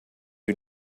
who